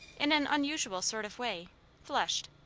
in an unusual sort of way flushed.